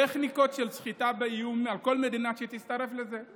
טכניקות של סחיטה באיומים על כל מדינה שתצטרף לזה.